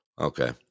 Okay